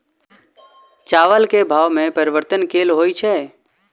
चावल केँ भाव मे परिवर्तन केल होइ छै?